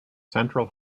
central